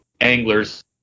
anglers